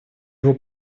его